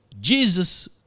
Jesus